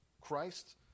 Christ